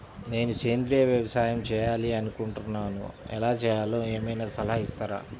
నేను సేంద్రియ వ్యవసాయం చేయాలి అని అనుకుంటున్నాను, ఎలా చేయాలో ఏమయినా సలహాలు ఇస్తారా?